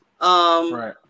Right